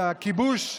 ובכיבוש,